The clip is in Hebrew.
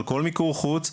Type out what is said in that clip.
על כל מיקור חוץ,